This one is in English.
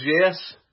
yes